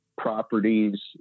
properties